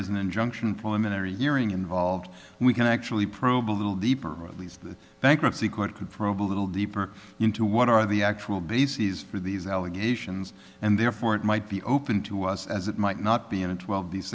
is an injunction problem and every year in involved we can actually probe a little deeper or at least the bankruptcy court could probe a little deeper into what are the actual bases for these allegations and therefore it might be open to us as it might not be in a twelve the